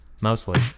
Mostly